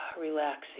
relaxing